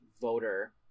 voter